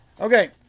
Okay